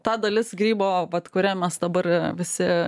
ta dalis grybo vat kurią mes dabar visi